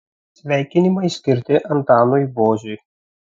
sveikinimai skirti antanui boziui